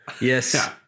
Yes